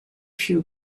few